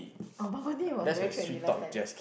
oh bubble tea was very trendy last times